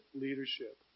leadership